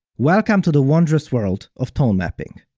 welcome to the wondrous world of tone mapping!